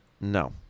No